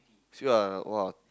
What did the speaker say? ask you ah !wah!